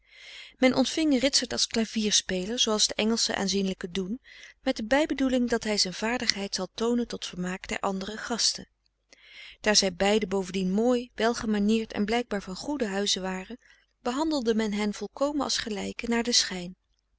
men ontving ritsert als klavierspeler zooals de engelsche aanzienlijken doen met de bijbedoeling dat hij zijn vaardigheid zal toonen tot vermaak der andere gasten daar zij beiden bovendien mooi welgemanierd en blijkbaar van goeden huize waren behandelde men hen volkomen als gelijken naar den schijn